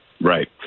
Right